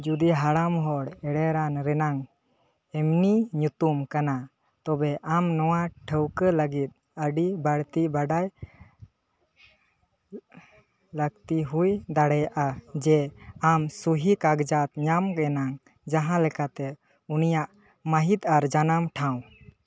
ᱡᱩᱫᱤ ᱦᱟᱲᱟᱢ ᱦᱚᱲ ᱮᱨᱮᱲᱟᱱ ᱨᱮᱱᱟᱝ ᱮᱢᱱᱤ ᱧᱩᱛᱩᱢ ᱠᱟᱱᱟ ᱛᱚᱵᱮ ᱟᱢ ᱱᱚᱣᱟ ᱴᱷᱟᱹᱣᱠᱟᱹ ᱞᱟᱹᱜᱤᱫ ᱟᱹᱰᱤ ᱵᱟᱹᱲᱛᱤ ᱵᱟᱰᱟᱭ ᱞᱟᱹᱠᱛᱤ ᱦᱩᱭ ᱫᱟᱲᱮᱭᱟᱜᱼᱟ ᱡᱮ ᱟᱢ ᱥᱩᱦᱤ ᱠᱟᱠᱡᱟᱛ ᱧᱟᱢ ᱞᱮᱱᱟᱝ ᱡᱟᱦᱟᱸ ᱞᱮᱠᱟᱛᱮ ᱩᱱᱤᱭᱟᱜ ᱢᱟᱦᱤᱛ ᱟᱨ ᱡᱟᱱᱟᱢ ᱴᱷᱟᱶ